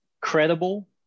credible